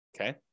okay